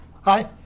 Hi